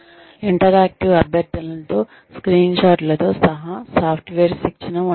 interactive అభ్యర్థనలతో screenshot లతో సహా సాఫ్ట్వేర్ శిక్షణ ఉండవచ్చు